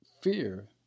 Fear